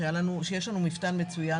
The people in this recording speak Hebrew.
שם יש לנו מפתן מצוין,